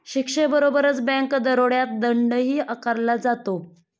शिक्षेबरोबरच बँक दरोड्यात दंडही आकारला जातो